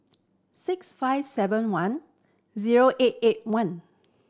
six five seven one zero eight eight one